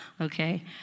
okay